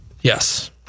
Yes